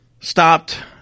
Stopped